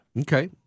Okay